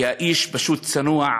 כי האיש פשוט צנוע,